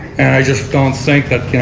and i just don't think that